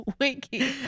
winky